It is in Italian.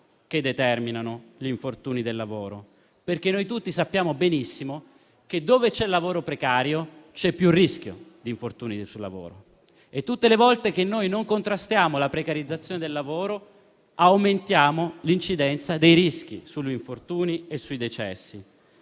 che determinano gli infortuni sul lavoro. Tutti noi, infatti, sappiamo benissimo che dove c'è lavoro precario il rischio di infortunio sul lavoro è più alto e che tutte le volte che non contrastiamo la precarizzazione del lavoro, aumentiamo l'incidenza dei rischi di infortunio e di decesso;